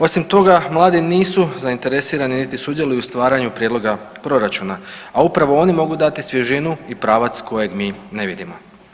Osim toga, mladi nisu zainteresirani niti sudjeluju u stvaranju prijedloga proračuna, a upravo oni mogu dati svježinu i pravac kojeg mi ne vidimo.